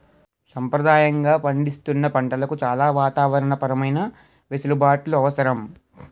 సంప్రదాయంగా పండిస్తున్న పంటలకు చాలా వాతావరణ పరమైన వెసులుబాట్లు అవసరం